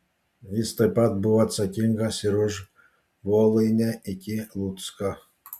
jis taip pat buvo atsakingas ir už voluinę iki lucko